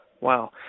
wow